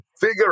figure